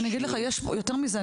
יותר מזה,